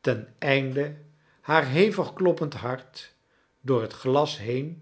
ten einde haar hevig kloppend hart door het glas he